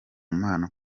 mana